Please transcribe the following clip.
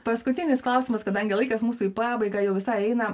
paskutinis klausimas kadangi laikas mūsų į pabaigą jau visai eina